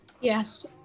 Yes